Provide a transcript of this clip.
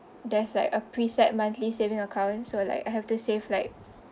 there's like a preset monthly saving account so like I have to save like